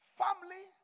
family